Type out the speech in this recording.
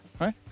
right